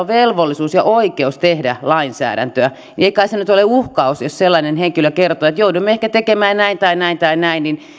velvollisuus ja oikeus tehdä lainsäädäntöä ei kai se nyt ole uhkaus jos sellainen henkilö kertoo että joudumme ehkä tekemään näin tai näin tai näin